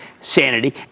sanity